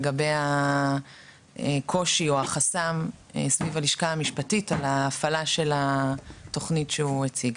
לגבי הקושי או החסם סביב הלשכה המשפטית על ההפעלה של התוכנית שהוא הציג.